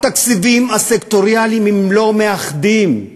התקציבים הסקטוריאליים הם לא מאחדים,